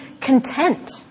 content